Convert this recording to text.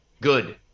good